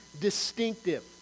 distinctive